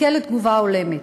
יזכה לתגובה הולמת.